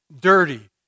dirty